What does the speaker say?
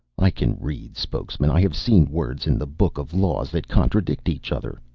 i can read, spokesman. i have seen words in the book of laws that contradict each other.